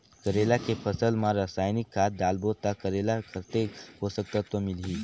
करेला के फसल मा रसायनिक खाद डालबो ता करेला कतेक पोषक तत्व मिलही?